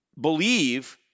believe